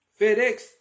FedEx